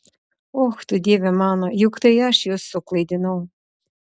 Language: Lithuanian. och tu dieve mano juk tai aš jus suklaidinau